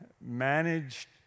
managed